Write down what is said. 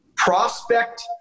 Prospect